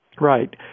Right